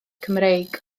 cymreig